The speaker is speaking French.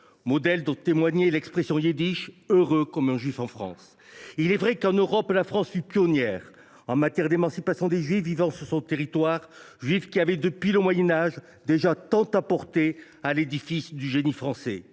comme en témoignait l’expression yiddish :« heureux comme un juif en France ». Il est vrai que la France fut pionnière en Europe en matière d’émancipation des juifs vivant sur son territoire, lesquels avaient, depuis le Moyen Âge, déjà tant apporté à l’édifice du génie français.